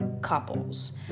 couples